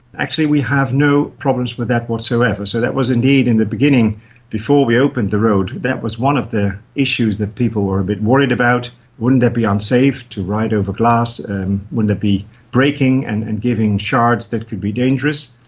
actually we have no problems with that whatsoever, so that was indeed in the beginning before we opened the road, that was one of the issues that people were a bit worried about wouldn't it be unsafe to ride over glass and wouldn't it be breaking and and giving shards that could be dangerous?